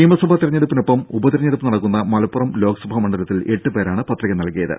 നിയമസഭാ തെരഞ്ഞെടുപ്പിനൊപ്പം ഉപതെരഞ്ഞെടുപ്പ് നടക്കുന്ന മലപ്പുറം ലോക്സഭാ മണ്ഡലത്തിൽ എട്ടു പേരാണ് പത്രിക നൽകിയത്